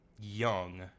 young